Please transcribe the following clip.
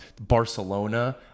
Barcelona